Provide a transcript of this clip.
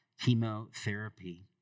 chemotherapy